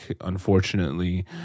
unfortunately